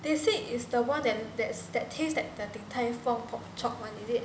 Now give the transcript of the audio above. they say is the one that that's that taste like the 鼎泰丰 pork chop one is it